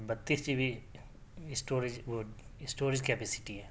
بتیس G B storage وہ storage capacity ہے